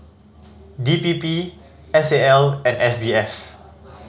D P P S A L and S B F